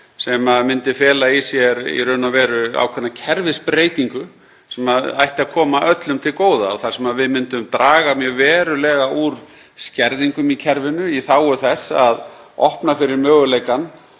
sem myndi fela í sér ákveðna kerfisbreytingu sem ætti að koma öllum til góða og við myndum draga mjög verulega úr skerðingum í kerfinu í þágu þess að opna fyrir möguleika